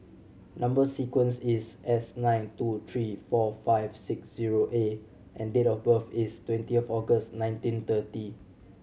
number sequence is S nine two three four five six zero A and date of birth is twentieth August nineteen thirty